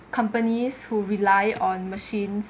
companies who rely on machines